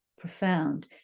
profound